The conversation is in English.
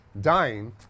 dying